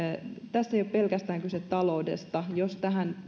tässä ei ole pelkästään kyse taloudesta jos tähän